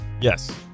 yes